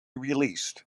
released